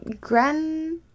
grand